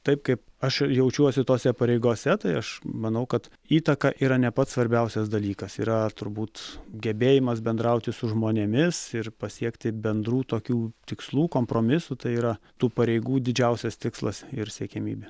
taip kaip aš jaučiuosi tose pareigose tai aš manau kad įtaka yra ne pats svarbiausias dalykas yra turbūt gebėjimas bendrauti su žmonėmis ir pasiekti bendrų tokių tikslų kompromisų tai yra tų pareigų didžiausias tikslas ir siekiamybė